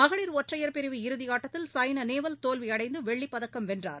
மகளிர் ஒற்றையர் பிரிவு இறுதியாட்டத்தில் சாய்னாநேவால் தோல்வியடைந்தவெள்ளிப் பதக்கம் வென்றார்